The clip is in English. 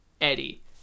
Eddie